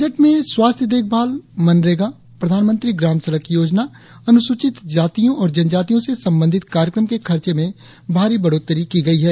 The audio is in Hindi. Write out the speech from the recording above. बजट में स्वास्थ्य देखभाल मनरेगा प्रधानमंत्री ग्राम सड़क योजना अनुसूचित जातियों और जनजातियों से संबंधित कार्यक्रम के खर्चे में भारी बढ़ौतरी की गई है